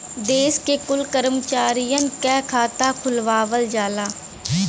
देश के कुल सरकारी करमचारियन क खाता खुलवावल जाला